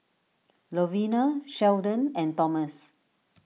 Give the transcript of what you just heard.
Lovina Sheldon and Thomas